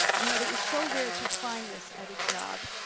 and that it was so rare to find this at a job,